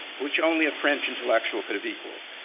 which only a french intellectual could have equaled.